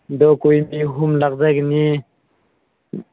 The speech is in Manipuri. ꯑꯗꯨ ꯑꯩꯈꯣꯏ ꯃꯤ ꯑꯍꯨꯝ ꯂꯥꯛꯆꯒꯅꯤ